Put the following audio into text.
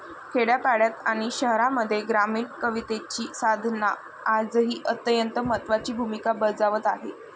खेड्यापाड्यांत आणि शहरांमध्ये ग्रामीण कवितेची साधना आजही अत्यंत महत्त्वाची भूमिका बजावत आहे